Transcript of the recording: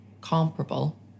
comparable